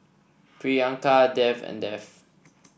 Priyanka Dev and Dev